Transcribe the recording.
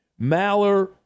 Maller